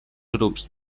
grups